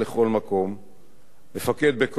מפקד בקור רוח על אנשים ועל מבצעים,